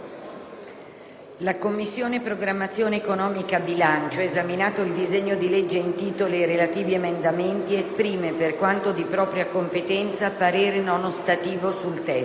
«La Commissione programmazione economica, bilancio, esaminato il disegno di legge in titolo ed i relativi emendamenti, esprime, per quanto di propria competenza, parere non ostativo sul testo.